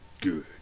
Good